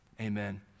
amen